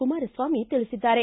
ಕುಮಾರಸ್ವಾಮಿ ತಿಳಿಸಿದ್ದಾರೆ